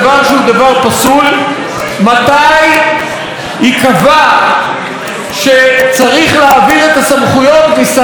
מתי ייקבע שצריך להעביר את הסמכויות משרת התרבות בענייני מר אדרי?